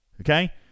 Okay